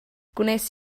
gwnes